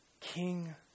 king